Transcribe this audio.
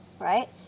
right